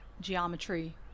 geometry